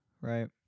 right